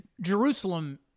Jerusalem